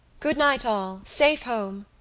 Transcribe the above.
good-night, all. safe home.